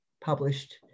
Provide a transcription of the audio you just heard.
published